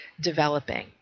developing